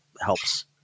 helps